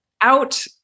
out